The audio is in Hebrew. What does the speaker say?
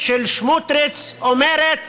של סמוטריץ אומרת